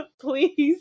please